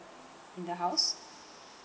in the house